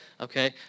Okay